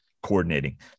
Coordinating